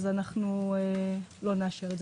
אז המפקח לא יאשר את זה.